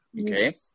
Okay